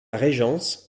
régence